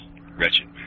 Wretched